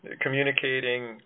communicating